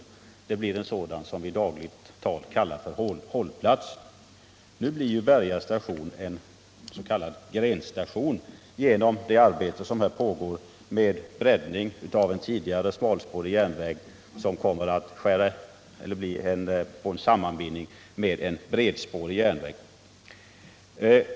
Stationen blir då vad vi i dagligt tal kallar en hållplats. Genom det arbete som pågår med breddning av en tidigare smalspårig järnväg, som kommer att få en sammanbindning med en bredspårig järnväg, blir Berga station nu en s.k. grenstation.